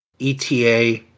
ETA